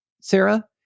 Sarah